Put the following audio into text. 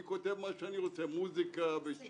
אני כותב מה שאני רוצה, מוזיקה ושירים.